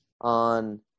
on